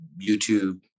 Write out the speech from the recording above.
YouTube